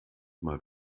mal